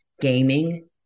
gaming